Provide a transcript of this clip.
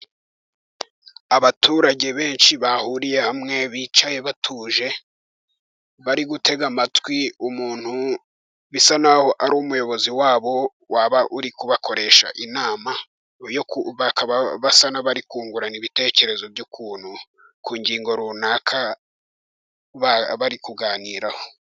Abaturage benshi bahuriye hamwe bicaye batuje, bari gutega amatwi umuntu bisa naho ari umuyobozi wabo, waba uri kubakoresha inama, bakaba basa n'abari kungurana ibitekerezo, by'ukuntu ku ngingo runaka bari kuganiraho.